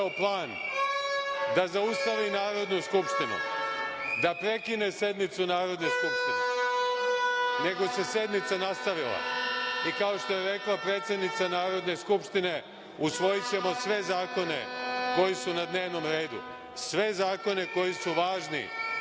plan da zaustavi Narodnu skupštinu, da prekine sednicu Narodne skupštine, nego se sednica nastavila. Kao što je rekla predsednica Narodne skupštine – usvojićemo sve zakone koji su na dnevnom redu, sve zakone koji su važni